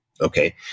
Okay